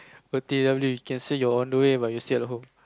O_T_W you can say you're on the way but you're still at home